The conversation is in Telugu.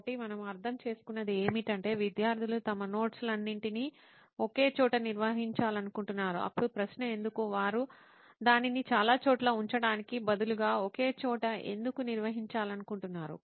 కాబట్టి మనము అర్థం చేసుకున్నది ఏమిటంటే విద్యార్థులు తమ నోట్స్ లన్నింటినీ ఒకే చోట నిర్వహించాలనుకుంటున్నారు అప్పుడు ప్రశ్న ఎందుకు వారు దానిని చాలా చోట్ల ఉంచడానికి బదులుగా ఒకే చోట ఎందుకు నిర్వహించాలనుకుంటున్నారు